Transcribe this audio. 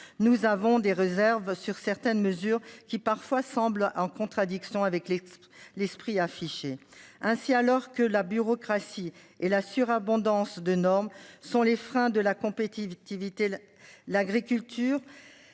nous avons des réserves sur certaines mesures qui parfois semble en contradiction avec. L'esprit affiché ainsi alors que la bureaucratie et la surabondance de normes sont les freins de la compétitivité. L'agriculture,